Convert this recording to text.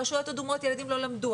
ברשויות אדומות ילדים לא למדו,